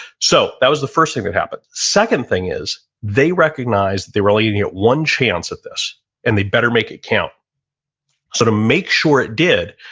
so, that was the first thing that happened. second thing is they recognize they were only getting a one chance at this and they better make it count so, to make sure it did,